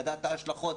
לדעת את ההשלכות,